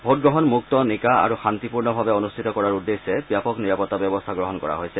ভো টগ্ৰহণ মুক্ত নিকা আৰু শান্তিপূৰ্ণভাৱে অনুষ্ঠিত কৰাৰ উদ্দেশ্যে ব্যাপক নিৰাপত্তা ব্যৱস্থা গ্ৰহণ কৰা হৈছে